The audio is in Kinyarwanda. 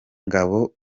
ngabo